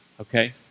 Okay